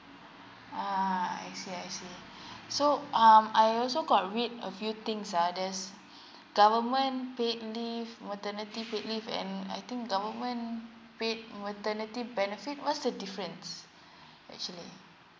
uh I see I see so um I also got read a few things ah there's government paid leave maternity paid leave and I think government paid maternity benefits what's the difference actually